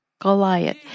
Goliath